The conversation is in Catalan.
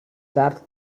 tard